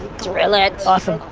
drill it. awesome,